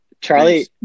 Charlie